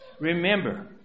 Remember